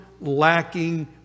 lacking